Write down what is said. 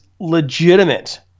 legitimate